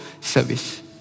service